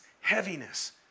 heaviness